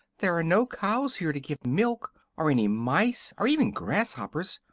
there are no cows here to give milk or any mice, or even grasshoppers.